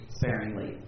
sparingly